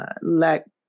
let